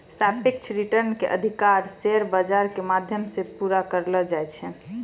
सापेक्ष रिटर्न के अधिकतर शेयर बाजार के माध्यम से पूरा करलो जाय छै